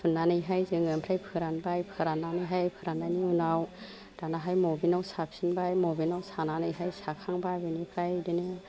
थुन्नानैहाय जोङो आमफ्राय फोरानबाय फोराननानैहाय फोराननायनि उनाव दानाहाय मबिनाव साफिनबाय मबिनाव सानानैहाय साखांबा बेनिफ्राय बेदिनो